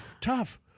tough